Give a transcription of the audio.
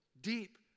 deep